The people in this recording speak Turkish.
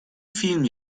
film